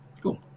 cool